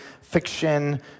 fiction